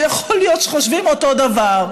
שיכול להיות שחושבים אותו דבר,